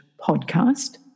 podcast